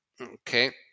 okay